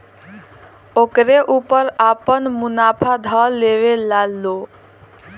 ओकरे ऊपर आपन मुनाफा ध लेवेला लो